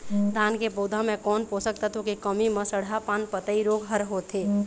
धान के पौधा मे कोन पोषक तत्व के कमी म सड़हा पान पतई रोग हर होथे?